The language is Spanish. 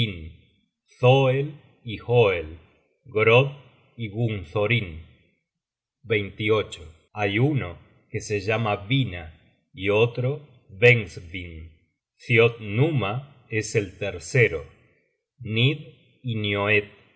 y gunthorin hay uno que se llama vina y otro vegsvinn thiodnuma es el tercero nid y noet